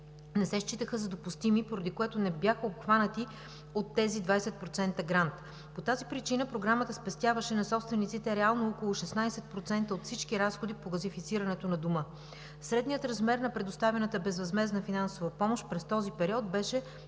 не се считаха за допустими, поради което не бяха обхванати от тези 20% грант. По тази причина Програмата спестяваше на собствениците реално около 16% от всички разходи по газифицирането на дома. Средният размер на предоставената безвъзмездна финансова помощ през този период беше